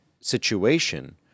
situation